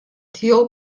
tiegħu